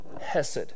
Hesed